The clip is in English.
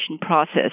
process